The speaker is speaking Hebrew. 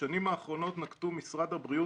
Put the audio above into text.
בשנים האחרונות נקטו משרד הבריאות,